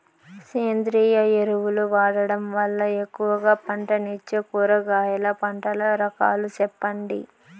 సేంద్రియ ఎరువులు వాడడం వల్ల ఎక్కువగా పంటనిచ్చే కూరగాయల పంటల రకాలు సెప్పండి?